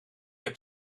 heb